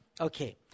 Okay